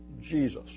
Jesus